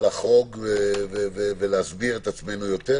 לחדרים פרטיים כאשר אדם שותה לעצמו בדל"ת